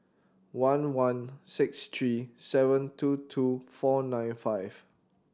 one one six three seven two two four nine five